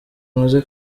bimaze